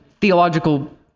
theological